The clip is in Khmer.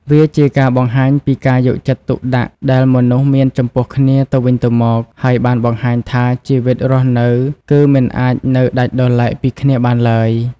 វាជាការបង្ហាញពីការយកចិត្តទុកដាក់ដែលមនុស្សមានចំពោះគ្នាទៅវិញទៅមក ហើយបានបង្ហាញថាជីវិតរស់នៅគឺមិនអាចនៅដាច់ដោយឡែកពីគ្នាបានឡើយ។